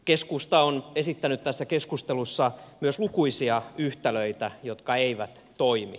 keskusta on esittänyt tässä keskustelussa myös lukuisia yhtälöitä jotka eivät toimi